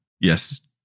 Yes